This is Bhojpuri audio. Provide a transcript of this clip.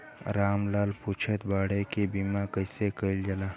राम लाल पुछत बाड़े की बीमा कैसे कईल जाला?